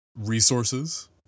resources